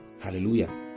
hallelujah